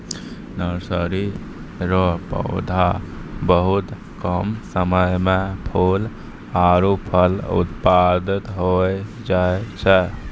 nursery रो पौधा बहुत कम समय मे फूल आरु फल उत्पादित होय जाय छै